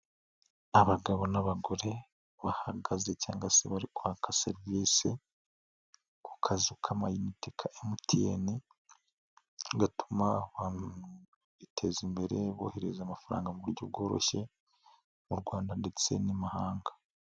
Abagabo n'abagore bahagaze cyangwa se bari kwaka serivisi, ku kazu ka ama inite ka MTN gatuma abantu biteza imbere, bohereza amafaranga mu buryo bworoshye mu rwanda ndetse n'imahanga.